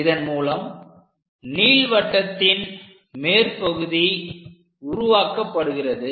இதன் மூலம் நீள்வட்டத்தின் மேற்பகுதி உருவாக்கப்படுகிறது